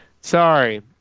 Sorry